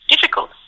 difficult